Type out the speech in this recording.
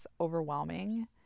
overwhelming